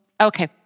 Okay